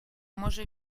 може